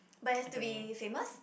but it has to be famous